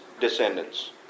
descendants